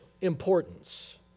importance